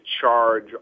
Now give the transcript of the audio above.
charge